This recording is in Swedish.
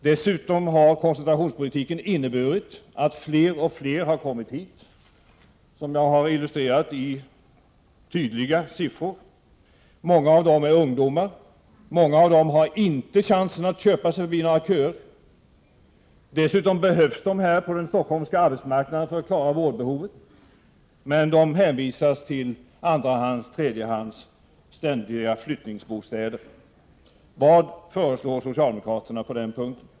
Dessutom har koncentrationspolitiken inneburit att fler och fler har kommit hit, som jag har illustrerat i tydliga siffror. Många av dem är ungdomar. En stor del av dem har inte chansen att köpa sig förbi några köer. Dessutom behövs de här på den stockholmska arbetsmarknaden för att klara vårdbehovet. Men de hänvisas till andraoch tredjehandsbostäder och till ständiga flyttningar. Vad föreslår socialdemokraterna på den punkten?